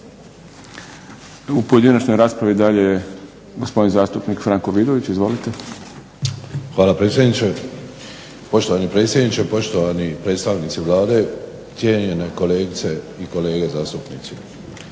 U pojedinačnoj raspravi dalje je gospodin zastupnik Franko Vidović. Izvolite. **Vidović, Franko (SDP)** Hvala, predsjedniče. Poštovani predsjedniče, poštovani predstavnici Vlade, cijenjene kolegice i kolege zastupnici.